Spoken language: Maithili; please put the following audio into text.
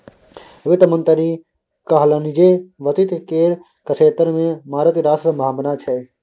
वित्त मंत्री कहलनि जे वित्त केर क्षेत्र मे मारिते रास संभाबना छै